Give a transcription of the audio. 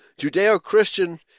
Judeo-Christian